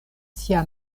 sia